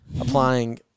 applying